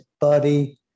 buddy